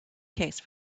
case